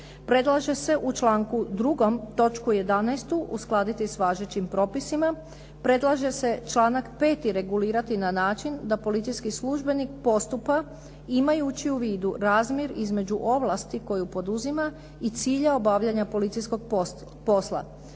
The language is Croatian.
Predlaže se u članku 2. točku 11. uskladiti s važećim propisima. Predlaže se članak 5. regulirati na način, da policijski službenik postupa imajući u vidu razmjer između ovlasti koju poduzima i cilja obavljanja policijskog posla.